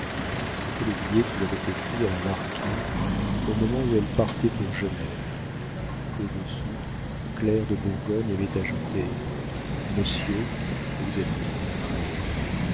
c'était le billet qu'il avait écrit à la marquise au moment où elle partait pour genève au-dessous claire de bourgogne avait ajouté monsieur vous êtes libre